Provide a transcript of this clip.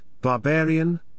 barbarian